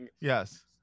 yes